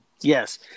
Yes